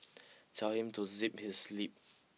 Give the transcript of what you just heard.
tell him to zip his lip